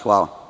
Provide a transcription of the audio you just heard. Hvala.